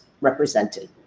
represented